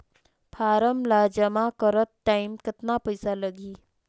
Form ला जमा करत टाइम कतना पइसा लगही?